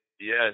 yes